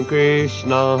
Krishna